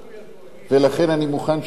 לכן אני מוכן שהיא תתקבל.